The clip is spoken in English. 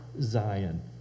Zion